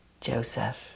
Joseph